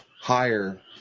higher